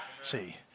See